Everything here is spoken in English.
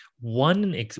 One